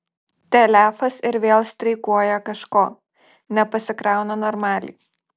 telefas ir vėl streikuoja kažko nepasikrauna normaliai